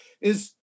is-